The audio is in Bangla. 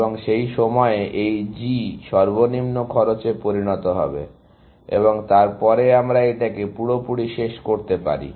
এবং সেই সময়ে এই G সর্বনিম্ন খরচে পরিণত হবে এবং তারপরে আমরা এটাকে পুরোপুরি শেষ করতে পারি